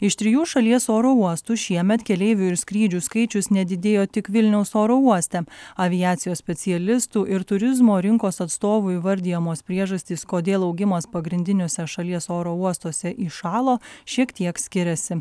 iš trijų šalies oro uostų šiemet keleivių ir skrydžių skaičius nedidėjo tik vilniaus oro uoste aviacijos specialistų ir turizmo rinkos atstovų įvardijamos priežastys kodėl augimas pagrindiniuose šalies oro uostuose įšalo šiek tiek skiriasi